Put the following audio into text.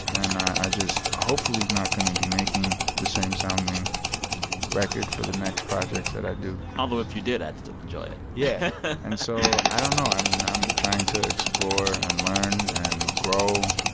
and i i just hopefully not going to be making the same sounding record for the next projects that i do although if you did, i'd still enjoy it yeah. and so i don't know. i mean, i'm trying to explore and learn and grow.